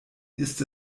ist